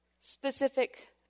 specific